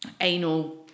anal